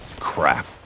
Crap